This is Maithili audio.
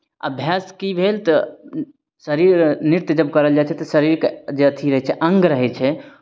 अभ्यास की भेल तऽ शरीर नृत्य जब करल जाइ छै तऽ शरीरके जे अथि रहै छै अङ्ग रहै छै